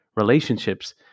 relationships